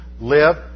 live